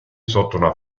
sotto